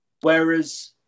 Whereas